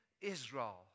Israel